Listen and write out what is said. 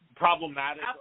Problematic